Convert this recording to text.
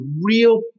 real